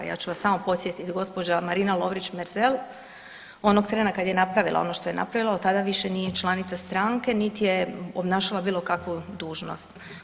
Ja ću vas samo podsjetiti gospođa Marina Lovrić-Merzel, onog trena kad je napravila ono što je napravila, od tada više nije članica stranke, niti je obnašala bilo kakvu dužnost.